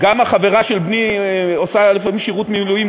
גם החברה של בני עושה לפעמים שירות מילואים,